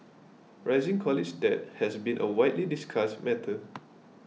rising college debt has been a widely discussed matter